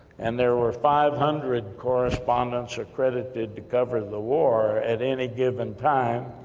and there were five hundred correspondents, accredited to cover the war, at any given time,